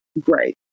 great